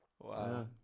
Wow